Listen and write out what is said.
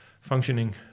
functioning